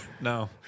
No